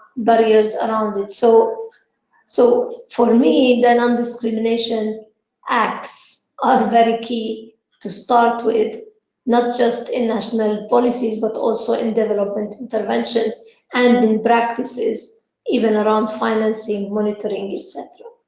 barriers around it. so so for me, the nondiscrimination acts are very key to start with not just international policies but also development interventions and in practices even around financing, monitoring, et cetera.